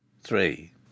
three